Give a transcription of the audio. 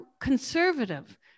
conservative